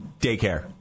daycare